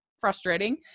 frustrating